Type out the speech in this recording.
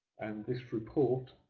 and this report,